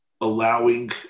Allowing